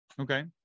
okay